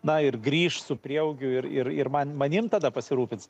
na ir grįš su prieaugiu ir ir ir man manim tada pasirūpins